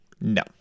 no